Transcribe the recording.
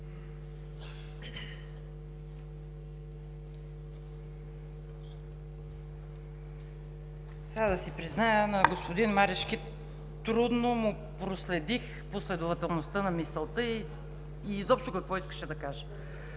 Да си призная, на господин Марешки трудно му проследих последователността на мисълта и изобщо какво искаше да каже,